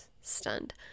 stunned